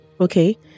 Okay